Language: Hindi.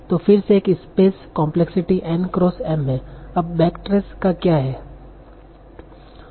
तो फिर से एक space complexity N cross M है अब बैकट्रेस का क्या